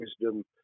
wisdom